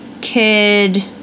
kid